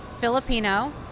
Filipino